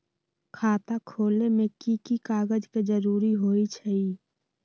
खाता खोले में कि की कागज के जरूरी होई छइ?